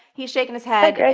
he's shaking his head.